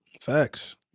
facts